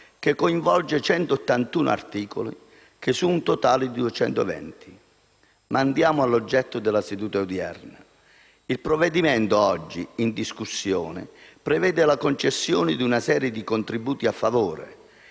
che coinvolge 181 articoli su un totale di 220. Ma andiamo all'oggetto della seduta odierna. Il provvedimento oggi in discussione prevede la concessione di una serie di contributi a favore